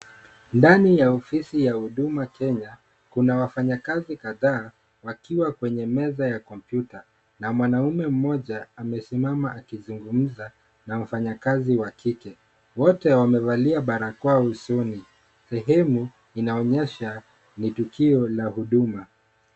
Ndani ya ofisi ya huduma Kenya. Kuna wafanyakazi kadhaa wakiwa kwenye meza ya kompyuta, na mwanaume mmoja amesimama akizungumza na mfanyakazi wa kike. Wote wamevalia barakoa usoni. Sehemu inaonyesha ni tukio la huduma.